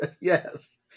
Yes